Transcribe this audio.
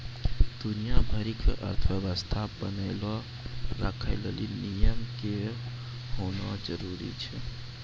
दुनिया भरि के अर्थव्यवस्था बनैलो राखै लेली नियमो के होनाए जरुरी छै